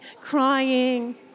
crying